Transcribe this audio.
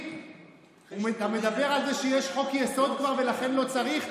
אתה מדבר על זה שיש חוק-יסוד כבר ולכן לא צריך?